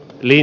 eli